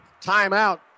timeout